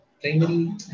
primary